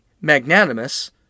magnanimous